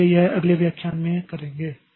इसलिए यह अगले व्याख्यान में करेंगे